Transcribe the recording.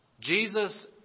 Jesus